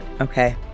okay